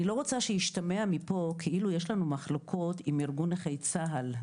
אני לא רוצה שישתמע מפה כאילו יש לנו מחלוקות עם ארגון נכי צה"ל,